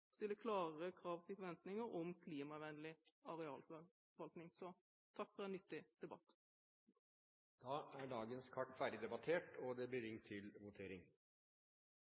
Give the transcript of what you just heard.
stille klarere krav til forventninger om klimavennlig arealforvaltning. Takk for en nyttig debatt. Debatten i sak nr. 5 er avsluttet. Da ser det ut til at Stortinget er klar til